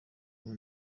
abo